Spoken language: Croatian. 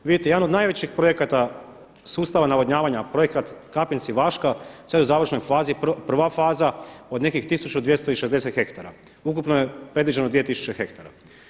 Vidite jedan od najvećih projekata sustava navodnjavanja projekat Kapinci-Vaška sad je u završnoj fazi, prva faza od nekih 126 hektara, ukupno je predviđeno 2000 hektara.